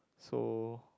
so